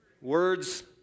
words